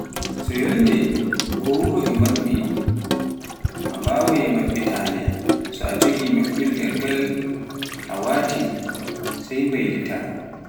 So yolnde ko wuro e maɓɓi a mbawaai maɓɓitaande so a jogi maɓɓirngal ngal, a waati sai mabayliita.